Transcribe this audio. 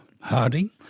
Harding